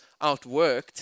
outworked